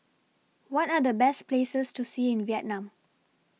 What Are The Best Places to See in Vietnam